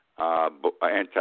Anti